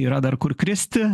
yra dar kur kristi